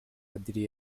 adrien